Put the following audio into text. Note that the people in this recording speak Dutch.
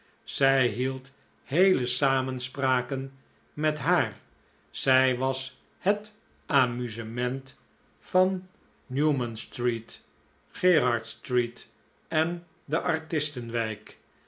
zij hield heele samenspraken met haar zij was het amusement van newmanstreet gerardstreet en de